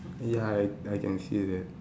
ya I I can see that